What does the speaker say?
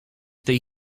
tej